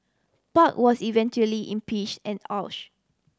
park was eventually impeach and oust